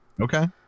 okay